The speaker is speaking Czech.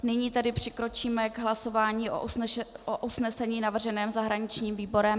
Nyní tedy přikročíme k hlasování o usnesení navrženém zahraničním výborem.